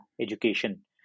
education